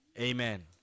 Amen